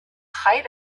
height